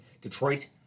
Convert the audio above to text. Detroit